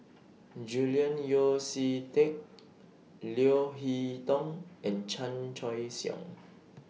Julian Yeo See Teck Leo Hee Tong and Chan Choy Siong